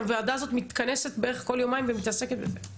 הוועדה הזאת מתכנסת בערך כל יומיים ומתעסקת בזה.